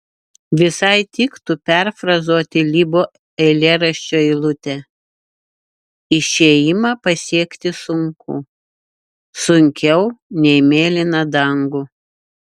visai tiktų perfrazuoti libo eilėraščio eilutę išėjimą pasiekti sunku sunkiau nei mėlyną dangų